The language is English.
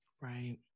Right